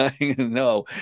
no